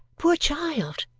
poor child,